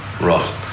Right